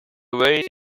very